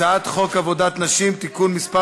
הצעת חוק עבודת נשים (תיקון מס'